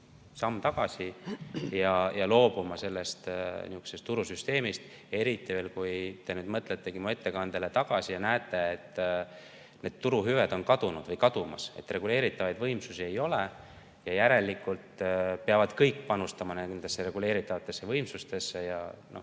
sammu tagasi ja loobuma sellest turusüsteemist. Eriti veel, kui te nüüd mõtlete mu ettekandele tagasi ja mõistate, et turuhüved on kadunud või kadumas, et reguleeritavaid võimsusi ei ole ja järelikult peavad kõik panustama ka reguleerivatesse võimsustesse.